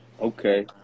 Okay